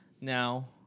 Now